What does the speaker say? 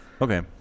Okay